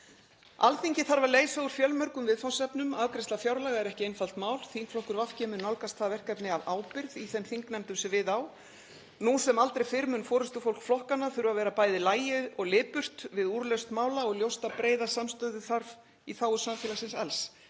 Alþingi þarf að leysa úr fjölmörgum viðfangsefnum. Afgreiðsla fjárlaga er ekki einfalt mál. Þingflokkur VG mun nálgast það verkefni af ábyrgð í þeim þingnefndum sem við á. Nú sem aldrei fyrr mun forystufólk flokkanna þurfa að vera bæði lagið og lipurt við úrlausn mála og ljóst að breiða samstöðu þarf í þágu samfélagsins alls.